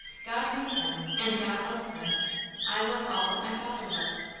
god made them, and god loves them i love all that my father loves.